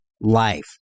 life